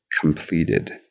completed